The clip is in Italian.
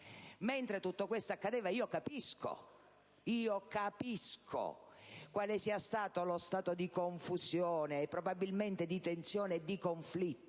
mentre tutto ciò accadeva, io capisco quale sia stato lo stato di confusione, e probabilmente di tensione e di conflitto,